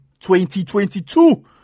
2022